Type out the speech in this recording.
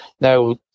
now